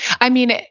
i mean,